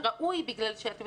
סבתא